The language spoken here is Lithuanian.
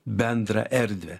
bendrą erdvę